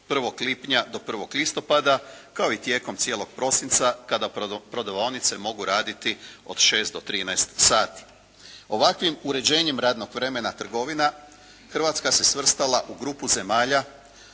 1. lipnja do 1. listopada kao i tijekom cijelog prosinca kada prodavaonice mogu raditi od 6 do 13 sati. Ovakvim uređenjem radnog vremena trgovina, Hrvatska se svrstala u grupu zemalja